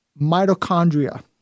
mitochondria